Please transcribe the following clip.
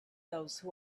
those